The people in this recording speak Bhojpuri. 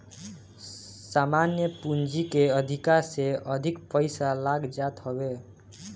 सामान्य पूंजी के अधिका से अधिक पईसा लाग जात हवे